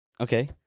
okay